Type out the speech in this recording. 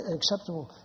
acceptable